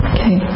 Okay